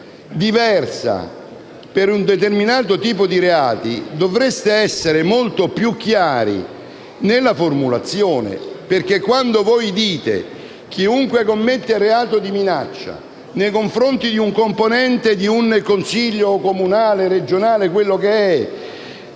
diversa per un determinato tipo di reati, dovreste essere molto più chiari nella formulazione, perché quando dite che chiunque commetta reato di minaccia nei confronti di un componente di un consiglio comunale, regionale o quello che è,